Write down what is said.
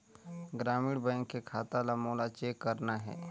ग्रामीण बैंक के खाता ला मोला चेक करना हे?